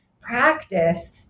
practice